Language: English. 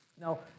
Now